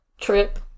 trip